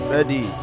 Ready